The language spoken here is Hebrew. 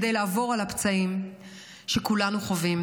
כדי לעבור על הפצעים שכולנו חווים.